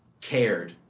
cared